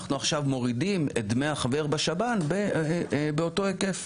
אנחנו עכשיו מורידים את דמי החבר בשב"ן באותו היקף,